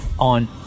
on